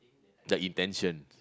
that intention